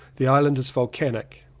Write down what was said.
the island is volcanic.